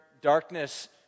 darkness